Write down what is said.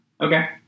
Okay